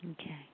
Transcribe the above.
Okay